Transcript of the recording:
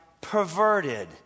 perverted